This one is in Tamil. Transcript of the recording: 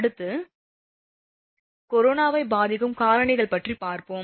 அடுத்தது கொரோனாவை பாதிக்கும் காரணிகள் பற்றி பார்ப்போம்